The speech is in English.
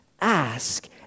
Ask